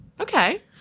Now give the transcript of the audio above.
okay